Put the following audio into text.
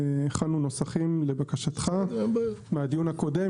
לבקשתך מהדיון הקודם.